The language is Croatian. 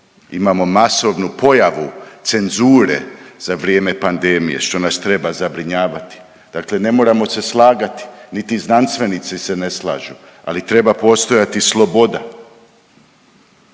Imamo masovnu pojavu cenzure za vrijeme pandemije što nas treba zabrinjavati. Dakle ne moramo se slagati niti znanstvenici se ne slažu ali treba postojati sloboda.